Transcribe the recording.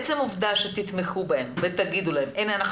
עצם העובדה שתתמכו בהן ותאמרו להן שהנה,